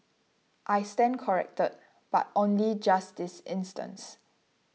I stand corrected but only just this instance